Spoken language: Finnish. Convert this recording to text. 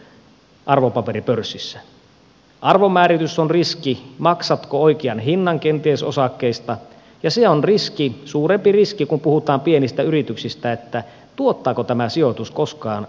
arvon määritys on riski maksatko oikean hinnan kenties osakkeista ja se on suurempi riski kun puhutaan pienistä yrityksistä tuottaako tämä sijoitus koskaan voittoa